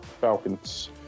Falcons